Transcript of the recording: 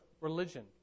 religion